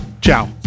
Ciao